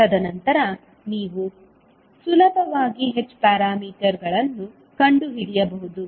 ತದನಂತರ ನೀವು ಸುಲಭವಾಗಿ h ಪ್ಯಾರಾಮೀಟರ್ಗಳನ್ನು ಕಂಡುಹಿಡಿಯಬಹುದು